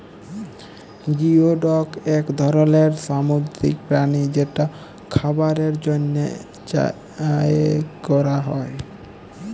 geoduck এক ধরলের সামুদ্রিক প্রাণী যেটা খাবারের জন্হে চাএ ক্যরা হ্যয়ে